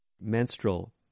menstrual